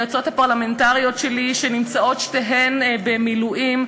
היועצות הפרלמנטריות שלי שנמצאות שתיהן במילואים,